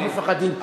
לא מפחדים,